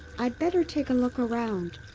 i'd better take a look around.